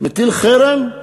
מטיל חרם,